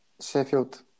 Sheffield